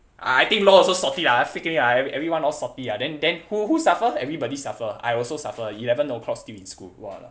I think law also salty lah freak lah everyone all salty lah then then who who suffer everybody suffer I also suffer eleven o'clock still in school !walao!